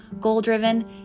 goal-driven